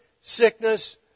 sickness